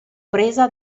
presa